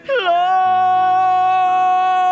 love